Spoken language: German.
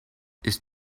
ist